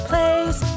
Place